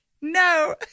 No